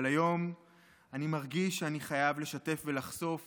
אבל היום אני מרגיש שאני חייב לשתף ולחשוף